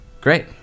Great